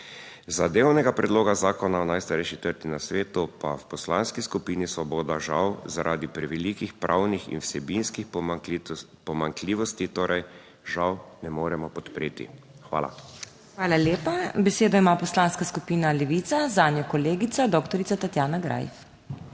Zadevnega predloga zakona o najstarejši trti na svetu pa v Poslanski skupini Svoboda žal zaradi prevelikih pravnih in vsebinskih pomanjkljivosti torej žal ne moremo podpreti. Hvala. PODPREDSEDNICA MAG. MEIRA HOT: Hvala lepa. Besedo ima Poslanska skupina Levica, zanjo kolegica doktorica Tatjana Greif.